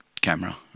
camera